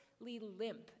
limp